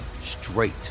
straight